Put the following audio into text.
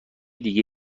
دیگه